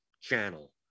channel